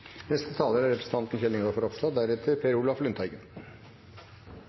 Neste taler er representanten